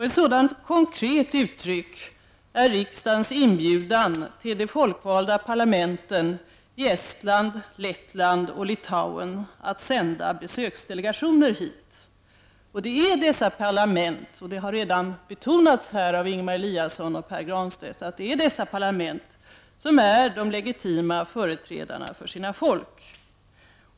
Ett sådant konkret uttryck är riksdagens inbjudan till de folkvalda parlamenten i Estland, Lettland och Litauen att sända besöksdelegationer hit. Det är dessa parlament — vilket redan har betonats här av Ingemar Eliasson och Pär Granstedt — som är de legitima företrädarna för sina folk.